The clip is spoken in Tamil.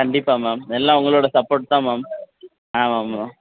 கண்டிப்பாக மேம் எல்லாம் உங்களோட சப்போர்ட் தான் மேம் ஆமாம் மேம்